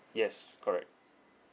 yes correct